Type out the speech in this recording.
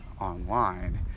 online